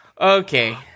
Okay